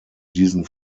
diesen